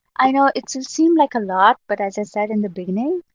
i know. it seems like a lot, but as i said in the beginning,